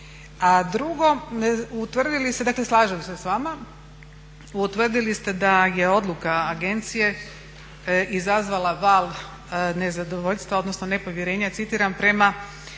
s vama, utvrdili ste da je odluka agencije izazvala val nezadovoljstva odnosno nepovjerenja, citiram "prema